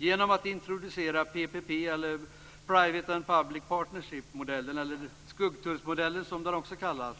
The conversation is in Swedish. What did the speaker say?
Genom introduktion av Private and Public Partnershipmodellen, PPP, eller skuggtullsmodellen, som den också kallas,